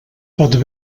pot